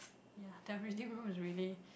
ya their reading room is really